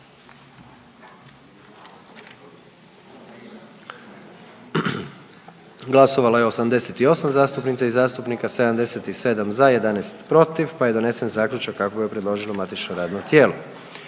glasovalo 87 zastupnica i zastupnika, 76 za, 11 protiv pa je donesen zaključak kako ga je predložilo saborsko matično radno tijelo.